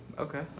Okay